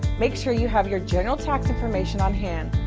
make sure you have your general tax information on hand,